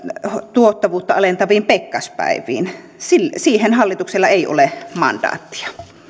tuottavuutta alentaviin pekkaspäiviin siihen hallituksella ei ole mandaattia